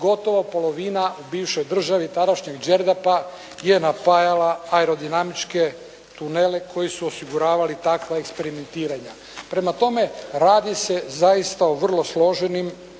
gotovo polovina u bivšoj državi tadašnjeg Đerdapa je napajala aerodinamičke tunele koji su osiguravali takva eksperimentiranja. Prema tome, radi se zaista o vrlo složenim